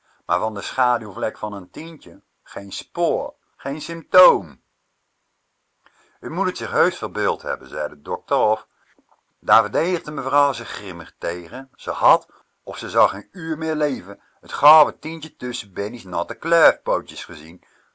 maar van de schaduwvlek van n tientje geen spoor geen symptoom u moet t zich heusch verbeeld hebben zei de dokter of daar verdedigde mevrouw zich grimmig tegen ze had of ze zou geen uur meer leven t gouden tientje tusschen bennie's natte kluifpootjes gezien